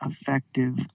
effective